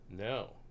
No